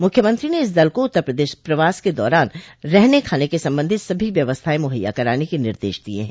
मुख्यमंत्री ने इस दल को उत्तर प्रदेश प्रवास के दौरान रहने खाने से सम्बन्धित सभी व्यवस्थाएं मुहैया कराने के निर्देश दिये हैं